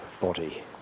body